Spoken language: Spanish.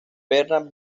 bernard